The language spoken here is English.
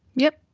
yes